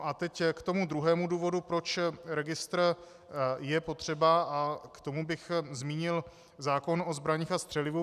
A teď k druhému důvodu, proč registr je potřeba, a k tomu bych zmínil zákon o zbraních a střelivu.